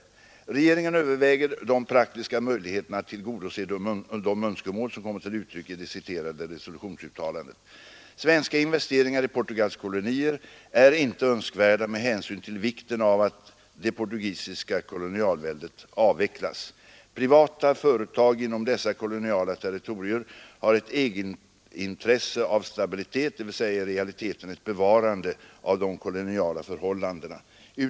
Regeringen överväger de praktiska möjligheterna att tillgodose de önskemål som kommer till uttryck i det citerade resolutionsuttalandet. Svenska investeringar i Portugals kolonier är inte önskvärda med hänsyn till vikten av att det portugisiska kolonialväldet avvecklas. Privata företag inom dessa koloniala territorier har ett egenintresse av stabilitet, dvs. i realiteten ett bevarande av de koloniala förhållandena.